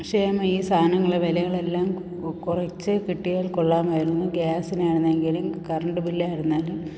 പക്ഷെ ഈ സാധനങ്ങളെ വിലകളെല്ലാം കുറച്ചു കിട്ടിയാൽ കൊള്ളാമായിരുന്നു ഗ്യാസിനെ ആണെന്നെങ്കിലും കറണ്ട് ബില്ലായിരുന്നാലും